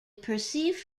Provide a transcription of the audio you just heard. perceived